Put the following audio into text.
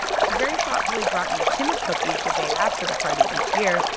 she very thoughtfully brought me a tin of cookies the day after the party each year.